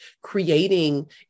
creating